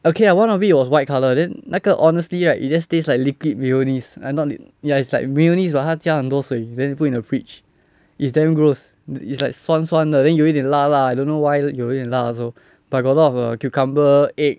okay lah one of it was white colour then 那个 honestly right it just taste like liquid mayonnaise I not ya it's like mayonnaise but 他加很多水 then you put in the fridge is damn gross it's like 酸酸的 then 有一点辣 lah I don't know why 有一点辣 also but got a lot of the cucumber egg